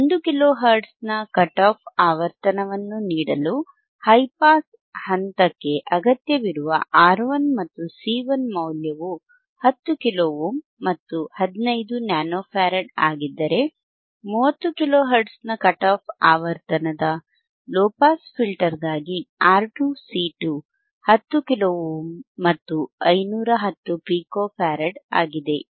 1 kilo ಹರ್ಟ್ಜ್ನ cut off ಆವರ್ತನವನ್ನು ನೀಡಲು ಹೈ ಪಾಸ್ ಹಂತಕ್ಕೆ ಅಗತ್ಯವಿರುವ R¬1 ಮತ್ತು C1 ಮೌಲ್ಯವು 10 ಕಿಲೋ ಓಮ್ ಮತ್ತು 15 ನ್ಯಾನೊ ಫ್ಯಾರಡ್ ಆಗಿದ್ದರೆ 30 ಕಿಲೋ ಹರ್ಟ್ಜ್ನ ಕಟ್ ಆಫ್ ಆವರ್ತನದ ಲೊ ಪಾಸ್ ಫಿಲ್ಟರ್ಗಾಗಿ R 2 C 2 10 ಕಿಲೋ ಓಮ್ ಮತ್ತು 510 ಪಿಕೊ ಫ್ಯಾರಡ್ ಆಗಿದೆ